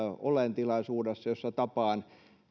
olen tilaisuudessa jossa tapaan